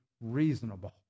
reasonable